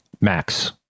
Max